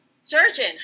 surgeon